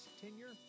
tenure